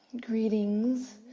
Greetings